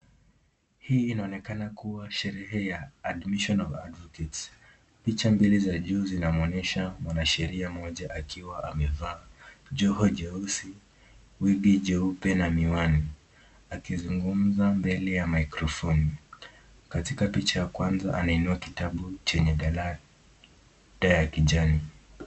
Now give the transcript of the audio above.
Hii inaonekana kuwa sherehe ya admission of advocates . Picha mbele za juu zinamuonesha mwanasheria moja akiwa amevaa nguo jeusi, wigi jeupe na miwani, akisungumuza mbele ya microphoni katika picha ya kwanza anainua kitabu chenya dala ya kijani.